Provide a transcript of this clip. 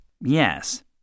Yes